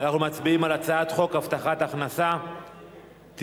אנחנו מצביעים על הצעת חוק הבטחת הכנסה (תיקון,